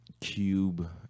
Cube